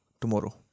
tomorrow